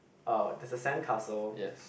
uh there's a sandcastle